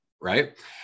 Right